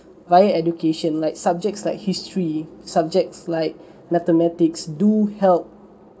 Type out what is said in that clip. via education like subjects like history subjects like mathematics do help